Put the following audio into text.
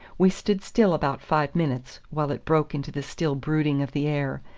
we stood still about five minutes, while it broke into the still brooding of the air,